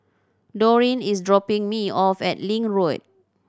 Dorine is dropping me off at Link Road